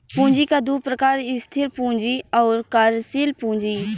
पूँजी क दू प्रकार स्थिर पूँजी आउर कार्यशील पूँजी